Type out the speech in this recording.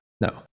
No